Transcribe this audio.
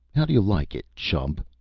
how do you like it, chump!